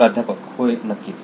प्राध्यापक होय नक्कीच